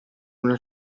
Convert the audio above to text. una